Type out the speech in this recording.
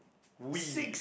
we